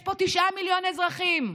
יש פה תשעה מיליון אזרחים,